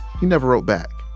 he never wrote back.